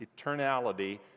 eternality